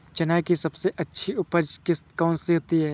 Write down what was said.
चना की सबसे अच्छी उपज किश्त कौन सी होती है?